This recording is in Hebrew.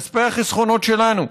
כספי החסכונות שלנו,